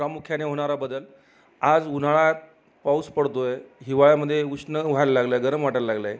प्रामुख्याने होणारा बदल आज उन्हाळ्यात पाऊस पडतोय हिवाळ्यामध्ये उष्ण व्हायला लागलाय गरम वाटायला लागलाय